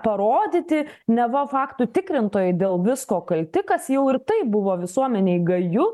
parodyti neva faktų tikrintojai dėl visko kalti kas jau ir taip buvo visuomenėj gaju